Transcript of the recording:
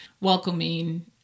welcoming